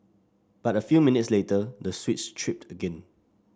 but a few minutes later the switch tripped again